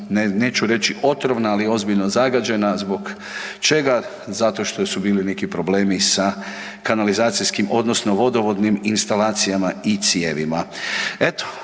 neću, reći otrovna, ali ozbiljno zagađena, zbog čega?, zato što su bili neki problemi sa kanalizacijskim odnosno vodovodnim instalacijama i cijevima.